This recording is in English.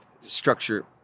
structure